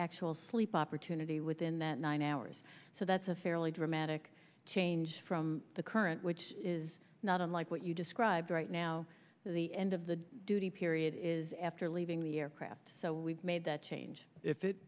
actual sleep opportunity within that nine hours so that's a fairly dramatic change from the current which is not unlike what you described right now the end of the duty period is after leaving the aircraft so we've made that change if it